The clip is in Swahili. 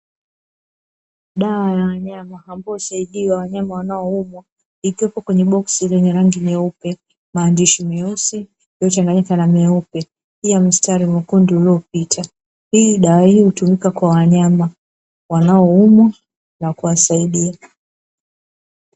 Dawa ya wanyama ambayo husaidia wanyama wanaoumwa, ikiwepo kwenye boksi la rangi nyeupe maandishi meusi iliyochanganyika na meupe pia mistari mekundu iliyopita dawa hii hutumika kwa wanyama wanaoumwa na kuwasaidia.